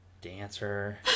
Dancer